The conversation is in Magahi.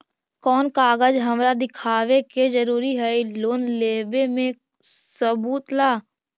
कौन कागज हमरा दिखावे के जरूरी हई लोन लेवे में सबूत ला?